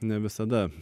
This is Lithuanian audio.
ne visada